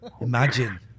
Imagine